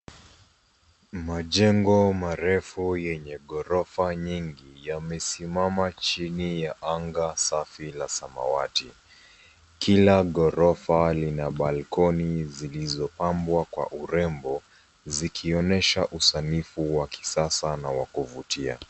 Majengo marefu yenye ghorofa nyingi yamesimama chini ya anga safi la samawati. Kila ghorofa lina balcony zilizopambwa kwa urembo zikionyesha usanifu wa kisasa na wa kuvutia.